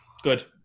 Good